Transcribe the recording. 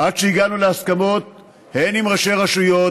עד שהגענו להסכמות הן עם ראשי רשויות,